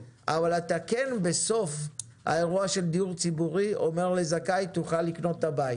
אבל כן בסוף באירוע של דיור ציבורי אתה אומר לזכאי: תוכל לקנות את הבית.